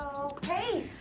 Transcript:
okay.